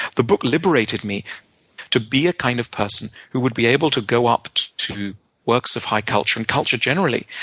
the book liberated me to be a kind of person who would be able to go up to to works of high culture and culture generally,